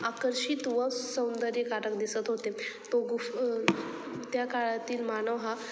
आकर्षित व सौंदर्यकारक दिसत होते तो गुफ त्या काळातील मानव हा